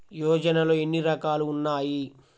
యోజనలో ఏన్ని రకాలు ఉన్నాయి?